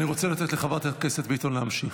אני רוצה לתת לחברת הכנסת ביטון להמשיך.